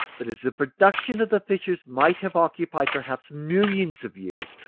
but as the production of the fissures might have occupied perhaps millions of years,